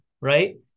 right